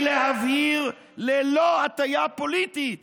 היא להבהיר ללא הטיה פוליטית